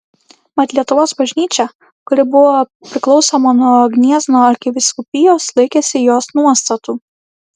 mat lietuvos bažnyčia kuri buvo priklausoma nuo gniezno arkivyskupijos laikėsi jos nuostatų